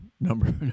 number